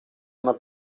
una